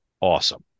awesome